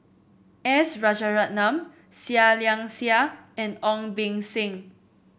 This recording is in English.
S Rajaratnam Seah Liang Seah and Ong Beng Seng